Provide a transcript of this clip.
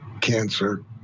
cancer